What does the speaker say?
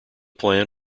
plan